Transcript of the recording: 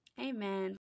Amen